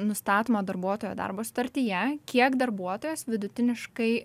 nustatoma darbuotojo darbo sutartyje kiek darbuotojas vidutiniškai